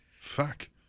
fuck